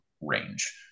range